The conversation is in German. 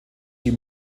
die